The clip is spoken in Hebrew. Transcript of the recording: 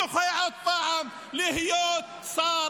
זוכה עוד פעם להיות שר.